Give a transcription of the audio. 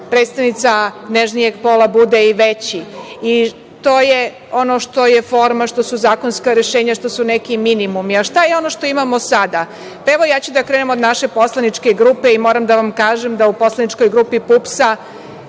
predstavnica nežnijeg pola bude i veći. To je ono što je forma, što su zakonska rešenja, što su neki minimumi. Šta je ono što imamo sada? Evo, ja ću da krenem od naše poslaničke grupe i moram da vam kažem da u poslaničkoj grupi PUPS